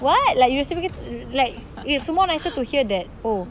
what like you reciprocate like it's more nicer to hear that oh